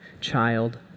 child